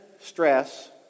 stress